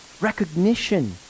recognition